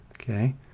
Okay